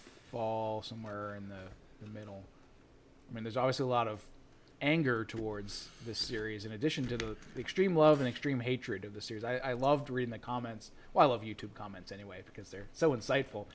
fall somewhere in the middle i mean there's always a lot of anger towards this series in addition to the extreme love an extreme hatred of the series i loved reading the comments while of you tube comments anyway because they're so insightful